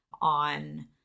on